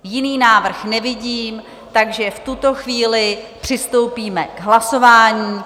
Jiný návrh nevidím, takže v tuto chvíli přistoupíme k hlasování.